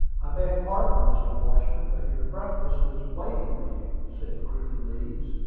i beg pardon, mr. washburn, but your breakfast is waiting for you, said griffin leeds,